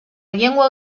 llengua